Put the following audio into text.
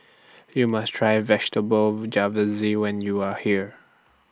YOU must Try Vegetable when YOU Are here